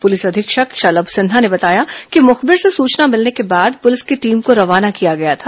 police अधीक्षक शलभ सिन्हा ने बताया कि मुखबिर से सूचना मिलने के बाद पुलिस की टीम को रवाना किया गया था